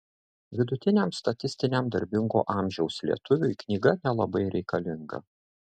vidutiniam statistiniam darbingo amžiaus lietuviui knyga nelabai reikalinga